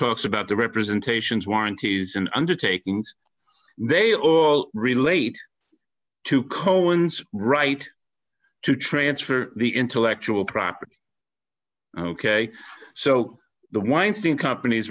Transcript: talks about the representations warranties and undertakings they all relate to cohen's right to transfer the intellectual property ok so the weinstein companies